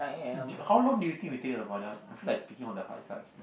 how long do you think we take about that one I feel like picking all the hard cards